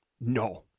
No